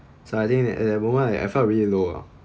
so I think at that moment I felt really low ah